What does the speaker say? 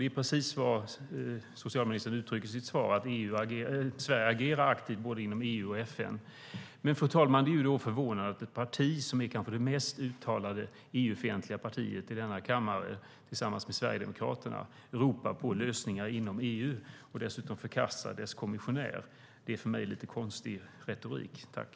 Det är precis vad socialministern uttrycker i sitt svar: Sverige agerar aktivt inom både EU och FN. Det är då förvånande, fru talman, att det parti som kanske är det mest uttalat EU-fientliga partiet i denna kammare, tillsammans med Sverigedemokraterna, ropar på lösningar inom EU och dessutom förkastar dess kommissionär. Det är för mig en lite konstig retorik.